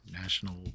national